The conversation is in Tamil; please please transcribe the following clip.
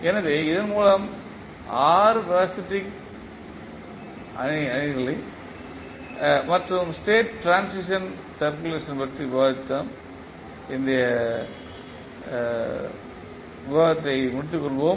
எனவே இதன் மூலம் ஸ்டேட் ட்ரான்சிஷன் அணி மற்றும் ஸ்டேட் ட்ரான்சிஷன் ஈக்குவேஷன் பற்றி விவாதித்த எங்கள் இன்றைய விவாதத்தை முடித்துக் கொள்ளலாம்